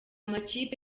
makipe